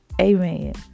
Amen